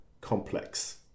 complex